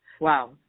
Wow